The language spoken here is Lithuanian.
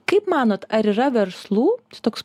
kaip manot ar yra verslų čia toks